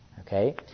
Okay